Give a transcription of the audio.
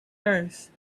nurse